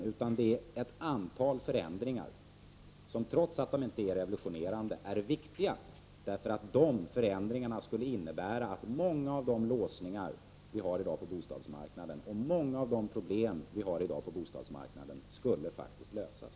Det rör sig om ett antal förändringar som är viktiga eftersom de skulle kunna innebära att många av de låsningar och problem som i dag finns på bostadsmarknaden skulle kunna lösas.